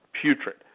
putrid